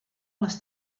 les